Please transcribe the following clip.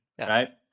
right